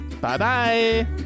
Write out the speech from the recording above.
Bye-bye